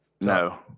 no